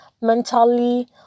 mentally